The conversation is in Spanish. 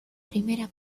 primera